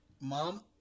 Mom